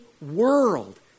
world